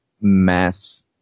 mass